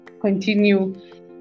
continue